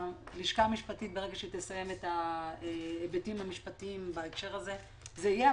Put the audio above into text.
ברגע שהלשכה המשפטית תסיים את ההיבטים המשפטיים בהקשר הזה זה יהיה.